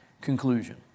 conclusion